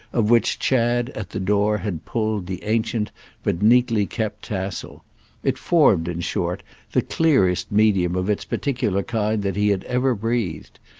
of which chad, at the door, had pulled the ancient but neatly-kept tassel it formed in short the clearest medium of its particular kind that he had ever breathed.